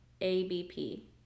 ABP